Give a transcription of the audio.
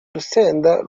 urusenda